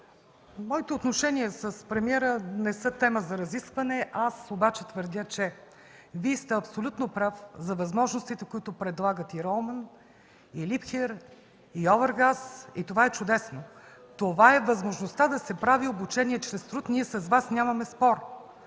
моите отношения с премиера не са тема за разискване. Аз обаче твърдя, че Вие сте абсолютно прав за възможностите, които предлагат и „Ролман” и „Либхер”, и „Овергаз” и това е чудесно. Това е възможността да се прави обучение чрез труд. Ние с Вас нямаме спор.